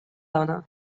dona